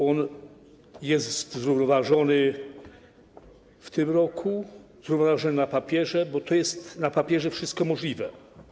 On jest zrównoważony w tym roku, zrównoważony na papierze, bo na papierze wszystko jest możliwe.